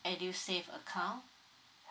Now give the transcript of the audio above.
edusave account